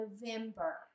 November